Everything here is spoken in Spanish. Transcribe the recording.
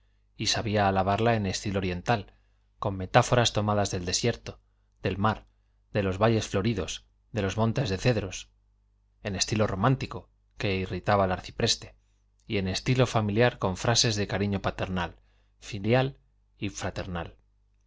y sabía alabarla en estilo oriental con metáforas tomadas del desierto del mar de los valles floridos de los montes de cedros en estilo romántico que irritaba al arcipreste y en estilo familiar con frases de cariño paternal filial y fraternal